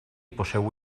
poseu